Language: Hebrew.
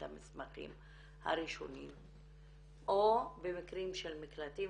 המסמכים הראשוניים או במקרים של מקלטים,